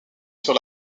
sur